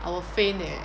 I will faint leh